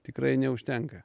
tikrai neužtenka